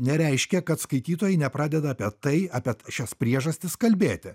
nereiškia kad skaitytojai nepradeda apie tai apie šias priežastis kalbėti